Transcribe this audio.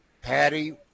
Patty